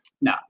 No